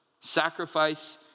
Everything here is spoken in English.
sacrifice